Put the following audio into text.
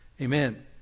Amen